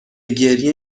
گریه